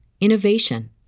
innovation